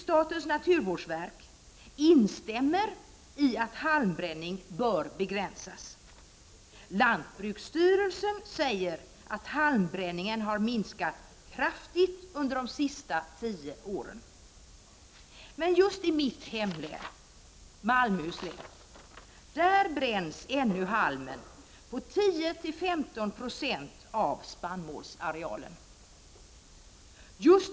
Statens naturvårdsverk instämmer i att halmbränning bör begränsas. Lantbruksstyrelsen säger att halmbränningen har minskat kraftigt under de senaste tio åren. Men just i mitt hemlän, Malmöhus län, bränns ännu halmen på 10—15 26 av spannmålsarealen.